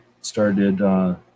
started